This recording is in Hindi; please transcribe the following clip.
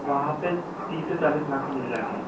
वहाँ पर तीस से चालीस लाख मे मिल जाएगा मैम